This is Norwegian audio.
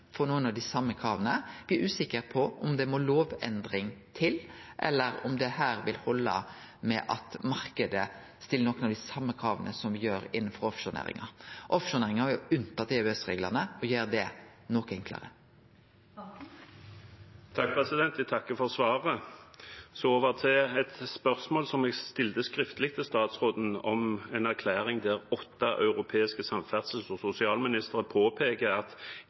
av dei same krava. Me er usikre på om det må ei lovendring til, eller om det vil halde med at marknaden stiller nokre av dei same krava som me gjer innanfor offshorenæringa. Offshorenæringa er jo unntatt EØS-reglane, og det gjer det noko enklare. Jeg takker for svaret. Så over til et spørsmål som jeg stilte skriftlig til statsråden, om en erklæring der åtte europeiske samferdsels- og sosialministre påpeker at